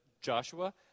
Joshua